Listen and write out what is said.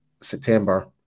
September